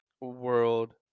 World